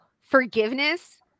forgiveness